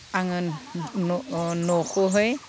आङो न'खौहै